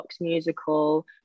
musical